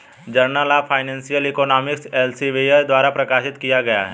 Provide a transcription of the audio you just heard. journal of financial economics Elsevier द्वारा प्रकाशित किया गया हैं